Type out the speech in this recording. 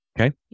Okay